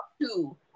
two